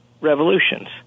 revolutions